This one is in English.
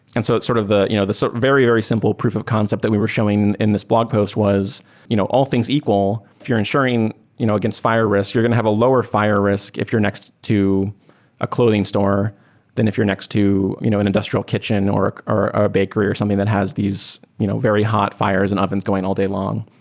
and so sort of the you know the very, very simple proof of concept that we were showing in this blog post was you know all things equal. if you're ensuring you know against fire risk, you're going to have a lower fire risk if you're next to a clothing store than if you're next to you know an industrial kitchen or or a bakery or something that has these you know very hot fires and ovens going all day long.